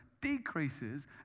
decreases